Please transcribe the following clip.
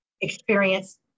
experience